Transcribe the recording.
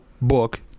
book